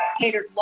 catered